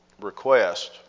request